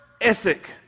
ethic